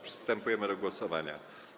Przystępujemy do głosowania.